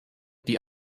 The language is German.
die